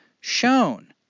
shown